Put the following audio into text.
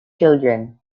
children